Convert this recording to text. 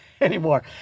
anymore